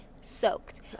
soaked